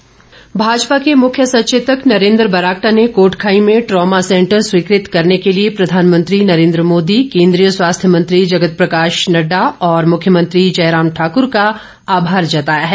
बरागटा भाजपा के मुख्य सचेतक नरेन्द्र बरागटा ने कोटखाई में ट्रॉमा सैंटर स्वीकृत करने के लिए प्रधानमंत्री नरेन्द्र मोदी केन्द्रीय स्वास्थ्य मंत्री जगत प्रकाश नडडा और मुख्यमंत्री जयराम ठाकर का आभार जताया है